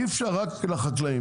אי אפשר רק של החקלאים.